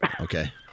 Okay